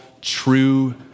true